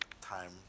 time